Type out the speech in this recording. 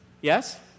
Yes